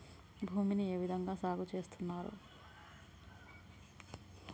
భూమిని ఏ విధంగా సాగు చేస్తున్నారు?